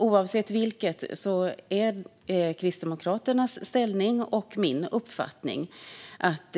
Oavsett vilket är det Kristdemokraternas inställning och min uppfattning att